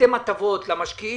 עשיתם הטבות למשקיעים.